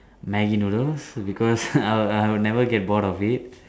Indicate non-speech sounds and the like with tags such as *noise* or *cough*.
Maggi noodles because *breath* I'll I'll never get bored of it